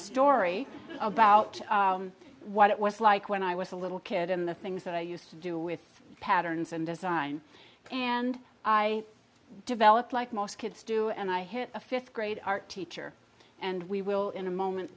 story about what it was like when i was a little kid in the things that i used to do with patterns and design and i developed like most kids do and i hit a fifth grade art teacher and we will in a moment